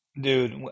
Dude